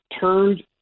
turned